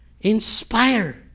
Inspire